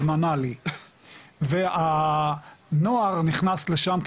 במנאלי והנוער נכנס לשם,